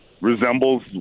resembles